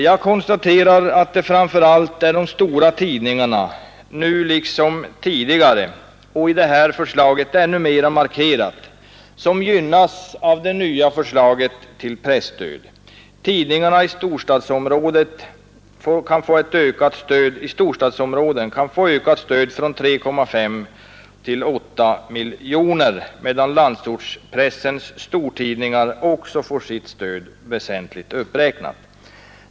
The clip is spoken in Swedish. Jag konstaterar att det framför allt är de stora tidningarna — liksom tidigare, och nu ännu mera markerat — som gynnas av det nya förslaget till presstöd. Tidningarna i storstadområdet kan få ett ökat stöd från 3,5 till 8 miljoner kronor, medan landsortens stortidningar också får sitt stöd väsentligt uppräknat.